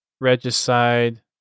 Regicide